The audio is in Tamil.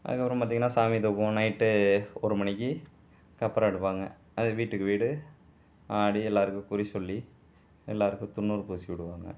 அதுக்கப்புறம் பார்த்தீங்கனா சாமி தூக்குவோம் நைட்டு ஒரு மணிக்கு கப்பற எடுப்பாங்கள் அது வீட்டுக்கு வீடு ஆடி எல்லாருக்கு குறி சொல்லி எல்லாருக்கு துந்நூறு பூசி விடுவாங்க